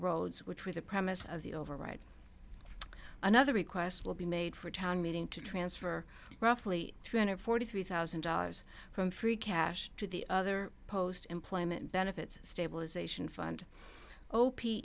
roads which were the premise of the overwrite another request will be made for a town meeting to transfer roughly three hundred forty three thousand dollars from free cash to the other post employment benefits stabilization fund o